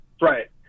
Right